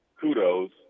kudos